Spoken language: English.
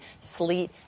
sleet